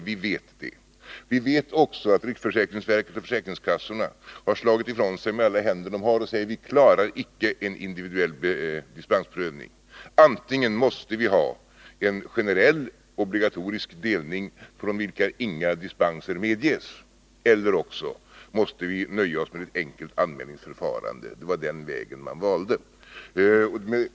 Vi vet också att riksförsäkringsverket och försäkringskassorna bestämt har motsatt sig en obligatorisk delning och sagt: Vi klarar inte en individuell dispensprövning. Antingen måste vi ha en generell, obligatorisk delning från vilken inga dispenser medges, eller också måste vi nöja oss med ett enkelt anmälnings förfarande. Det var den senare vägen man valde.